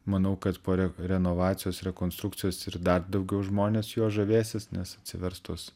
manau kad po re renovacijos rekonstrukcijos ir dar daugiau žmonės juo žavėsis nes atsivers tos